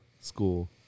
school